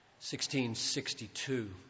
1662